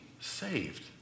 saved